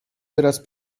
wyraz